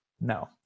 no